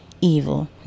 evil